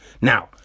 Now